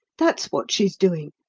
that's what she's doing,